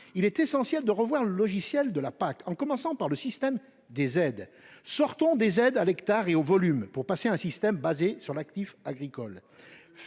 il est essentiel de revoir le logiciel de la PAC, en commençant par le système des aides. Sortons des aides à l’hectare et au volume, pour passer à un système fondé sur l’actif agricole.